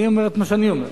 אני אומר את מה שאני אומר.